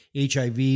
HIV